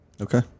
Okay